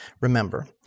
Remember